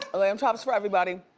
lamb chops for everybody.